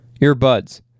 earbuds